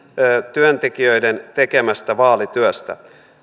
työntekijöiden tekemästä vaalityöstä